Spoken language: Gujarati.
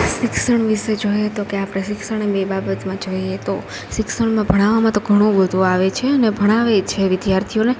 શિક્ષણ વિષે જોઈએ તો કે આપણે શિક્ષણની બાબતમાં જોઈએ તો શિક્ષણમાં ભણાવામાં તો ઘણું બધું આવે છે અને ભણાવે છે એ વિદ્યાર્થીઓને